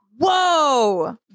whoa